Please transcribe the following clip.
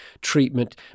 treatment